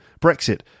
Brexit